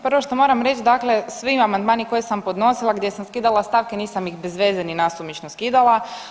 Prvo što moram reći, dakle svi amandmani koje sam podnosila gdje sam skidala stavke nisam ih bezveze ni nasumično skidala.